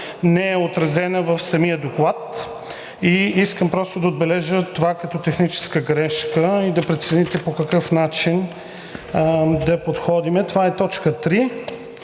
не е отразена в самия доклад. Искам просто да отбележа това като техническа грешка и да прецените по какъв начин да подходим. Това е т. 3.